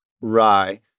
Rye